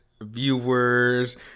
viewers